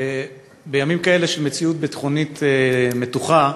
בימים כאלה, של מציאות ביטחונית מתוחה,